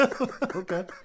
Okay